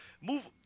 Move